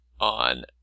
on